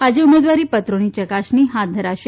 આજે ઉમેદવારી પત્રોની ચકાસણી હાથ ધરાશે